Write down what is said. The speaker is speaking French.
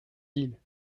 ville